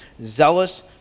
zealous